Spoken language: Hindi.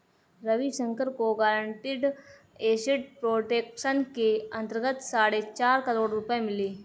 रविशंकर को गारंटीड एसेट प्रोटेक्शन के अंतर्गत साढ़े चार करोड़ रुपये मिले